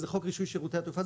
זה חוק רישוי שירותי התעופה,